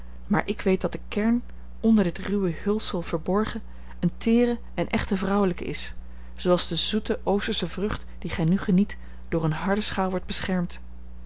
maar ik weet dat de kern onder dit ruwe hulsel verborgen eene teere en echt vrouwelijke is zooals de zoete oostersche vrucht die gij nu geniet door eene harde schaal wordt beschermd